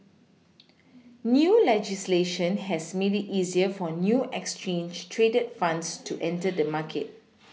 new legislation has made it easier for new exchange traded funds to enter the market